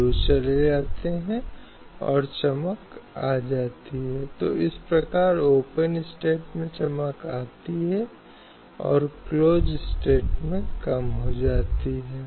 इसी तरह सरला मुथगल का यह मामला था जहां पति ने दूसरी शादी करने के लिए खुद को इस्लाम में परिवर्तित कर लिया क्योंकि दूसरी शादी एक आदमी चार बार कर सकता है और एक ही समय में चार पत्नियाँ रख सकता है